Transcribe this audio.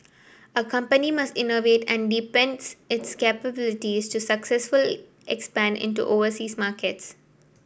a company must innovate and deepens its capabilities to successfully expand into overseas markets